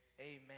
amen